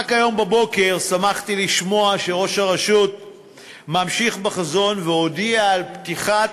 רק היום בבוקר שמחתי לשמוע שראש הרשות ממשיך בחזון והודיע על פתיחת